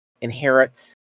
inherits